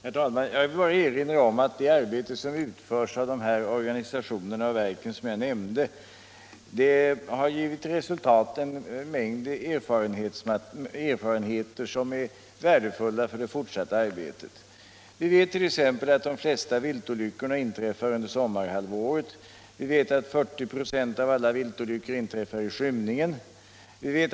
Herr talman! Jag vill bara erinra om att det arbete som utförs av de organisationer och verk som jag nämnde har givit till resultat en mängd erfarenheter som är värdefulla för det fortsatta arbetet. Vi vet t.ex. att de flesta viltolyckor inträffar under sommarhalvåret, och vi vet att 40 96 av alla viltolyckor inträffar i skymningen.